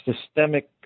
systemic